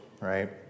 right